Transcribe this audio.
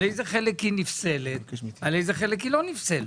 על איזה חלק היא נפסלת על איזה חלק היא לא נפסלת?